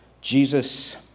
Jesus